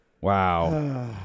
Wow